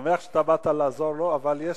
אני שמח שבאת לעזור לו, אבל יש